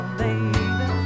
baby